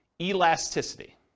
elasticity